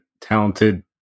talented